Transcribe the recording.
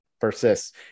persists